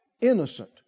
innocent